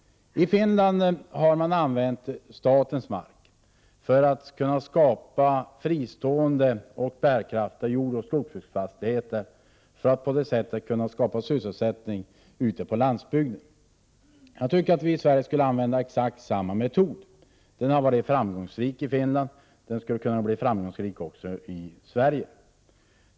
I Finland har man använt statens mark för att skapa fristående och bärkraftiga jordbruksoch skogsbruksfastigheter. På så sätt har man kunnat få till stånd sysselsättning ute på landsbygden. Jag anser att vi i Sverige borde använda exakt samma metod. Den har varit framgångsrik i Finland, och den skulle kunna bli det också i Sverige.